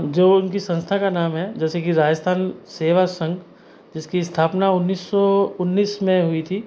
जो उनकी संस्था का नाम जैसे कि राजस्थान सेवा संघ जिसकी स्थापना उन्नीस सौ उन्नीस में हुई थी